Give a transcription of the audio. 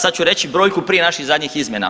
Sad ću reći brojku prije naših zadnjih izmjena.